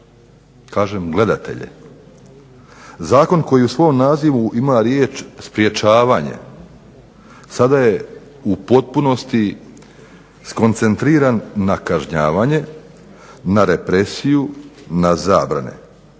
Kažem, gledatelje. Zakon koji u svom nazivu ima riječ sprečavanje sada je u potpunosti skoncentriran na kažnjavanje, na represiju, na zabrane.